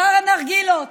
שר הנרגילות.